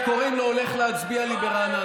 "איך קוראים לו" הולך להצביע לי ברעננה.